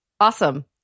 Awesome